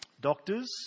Doctors